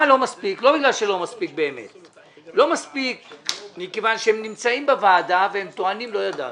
זה לא מספיק מכיוון שהם בוועדה והם טוענים שהם לא ידעו.